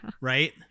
Right